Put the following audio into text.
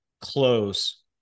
close